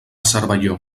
cervelló